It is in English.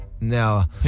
Now